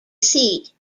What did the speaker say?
seat